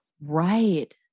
Right